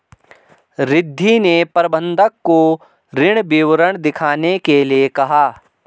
रिद्धी ने प्रबंधक को ऋण विवरण दिखाने के लिए कहा